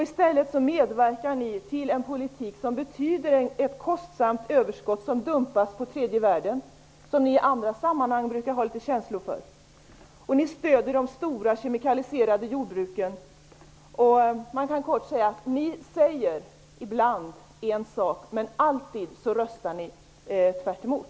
I stället medverkar ni till en politik som innebär ett kostsamt överskott som dumpas till tredje världen, vilken ni i andra sammanhang brukar känna litet grand för. Ni stöder de stora kemikaliserade jordbruken. Man kan helt kort säga att ni säger en sak men att ni alltid röstar tvärtemot.